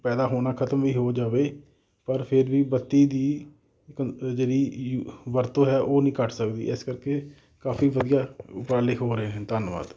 ਪੈਦਾ ਹੋਣਾ ਖ਼ਤਮ ਵੀ ਹੋ ਜਾਵੇ ਪਰ ਫਿਰ ਵੀ ਬੱਤੀ ਦੀ ਜਿਹੜੀ ਯੂ ਵਰਤੋਂ ਹੈ ਉਹ ਨਹੀਂ ਘੱਟ ਸਕਦੀ ਇਸ ਕਰਕੇ ਕਾਫ਼ੀ ਵਧੀਆ ਉਪਰਾਲੇ ਹੋ ਰਹੇ ਹਨ ਧੰਨਵਾਦ